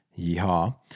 Yeehaw